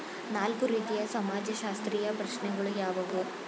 ನಾಲ್ಕು ರೀತಿಯ ಸಮಾಜಶಾಸ್ತ್ರೀಯ ಪ್ರಶ್ನೆಗಳು ಯಾವುವು?